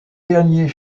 derniers